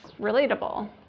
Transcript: relatable